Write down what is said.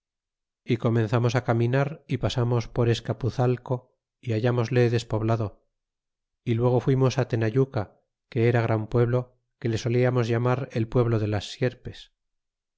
y comenzamos á caminar y pasamos por escapuzalco y hallámosle despoblado y luego fuimos á tenayuca que era gran pueblo que le soliamos llamar el pueblo de las sierpes